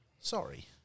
Sorry